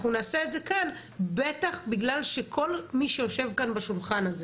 נעשה את זה כאן בטח בגלל שכל מי שיושב כאן בשולחן הזה